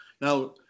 Now